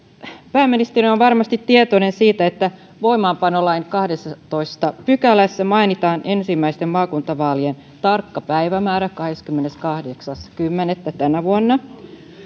pääministeri on varmasti tietoinen siitä että voimaanpanolain kahdennessatoista pykälässä mainitaan ensimmäisten maakuntavaalien tarkka päivämäärä kahdeskymmeneskahdeksas kymmenettä tänä vuonna